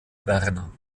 werner